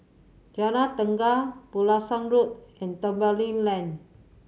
Jalan Tenaga Pulasan Road and Tembeling Lane